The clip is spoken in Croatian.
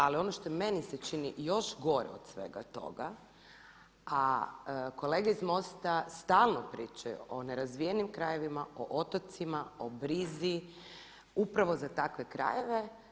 Ali ono što je meni se čini još gore od svega toga a kolege iz MOST-a stalno pričaju o nerazvijenim krajevima, o otocima, o brizi upravo za takve krajeve.